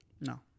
No